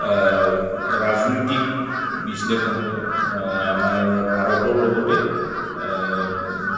ৰাজনৈতিক বিশ্লেষণ কৰে আমাৰ ভাৰতৰ লগতে